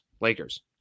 Lakers